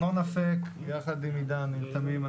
ארנון אפק יחד עם עידן נרתמים,